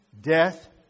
Death